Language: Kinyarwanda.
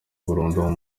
burundu